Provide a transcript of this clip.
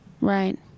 right